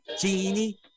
Genie